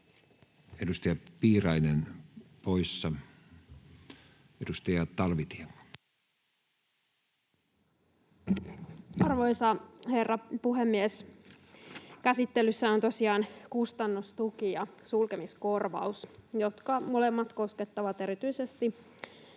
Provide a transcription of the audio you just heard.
muuttamisesta Time: 18:42 Content: Arvoisa herra puhemies! Käsittelyssä ovat tosiaan kustannustuki ja sulkemiskorvaus, jotka molemmat koskettavat erityisesti